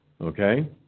Okay